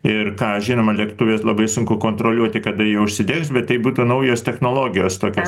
ir ką žinoma lėktuve labai sunku kontroliuoti kada jie užsidegs bet tai būtų naujos technologijos tokios